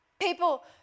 people